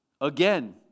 Again